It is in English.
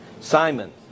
Simon